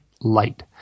light